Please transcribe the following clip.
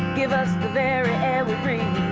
give us the very air we breathe!